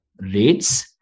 rates